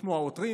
כמו העותרים,